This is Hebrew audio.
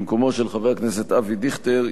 במקום חבר הכנסת אבי דיכטר,